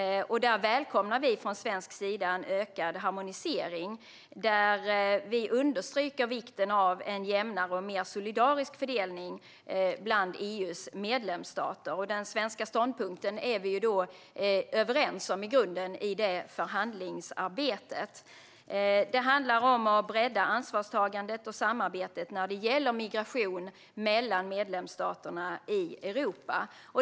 Där välkomnar vi en ökad harmonisering. Vi understryker vikten av en jämnare och mer solidarisk fördelning bland EU:s medlemsstater. Den svenska ståndpunkten är vi i grunden överens om under förhandlingsarbetet. Det handlar om att bredda ansvarstagandet och samarbetet när det gäller migration mellan medlemsstaterna i Europa.